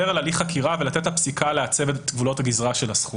על הליך חקירה ולתת לפסיקה לעצב את גבולות הגזרה של הזכות.